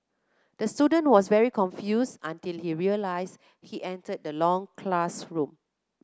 the student was very confuse until he realise he entered the long classroom